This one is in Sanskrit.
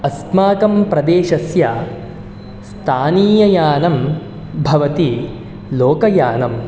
अस्माकं प्रदेशस्य स्थानीययानं भवति लोकयानम्